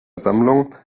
sammlung